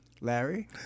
Larry